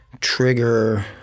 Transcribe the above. trigger